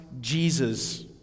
Jesus